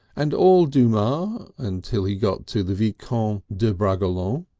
and all dumas until he got to the vicomte de bragelonne.